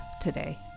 today